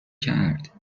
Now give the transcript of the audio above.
کرد